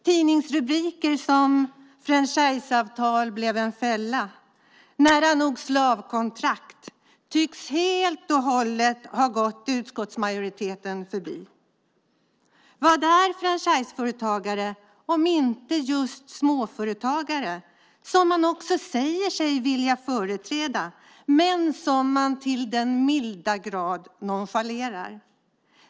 Tidningsrubriker som "Franchiseavtal blev en fälla" och "Nära nog slavkontrakt" tycks helt och hållet ha gått utskottsmajoriteten förbi. Vad är franchiseföretagare om inte just småföretagare? Det är ju dessa man säger sig vilja företräda men som man till den milda grad nonchalerar.